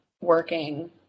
working